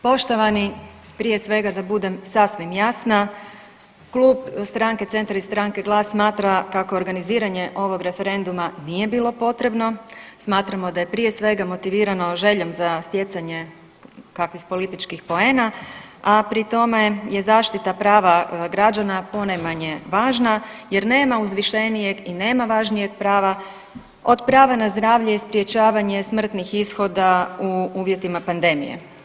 Poštovani, prije svega da budem sasvim jasna, Klub stranke Centar i stranke GLAS smatra kako organiziranje ovog referenduma nije bilo potrebno, smatramo da je prije svega motivirano željom za stjecanje kakvih političkih poena, a pri tome je zaštita prava građana ponajmanje važna jer nema uzvišenijeg i nema važnijeg prava od prava na zdravlje i sprječavanje smrtnih ishoda u uvjetima pandemije.